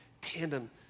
tandem